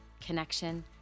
connection